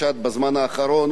או בשנים האחרונות,